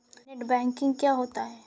Net banking क्या होता है?